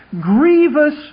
grievous